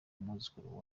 umwuzukuru